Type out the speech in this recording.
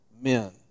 men